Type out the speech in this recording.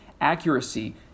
accuracy